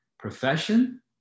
profession